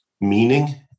meaning